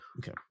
Okay